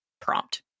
prompt